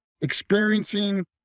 experiencing